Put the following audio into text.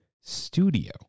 Studio